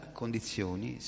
condizioni